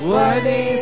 Worthy